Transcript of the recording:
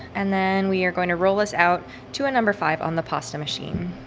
and then we are going to roll this out to a number five on the pasta machine.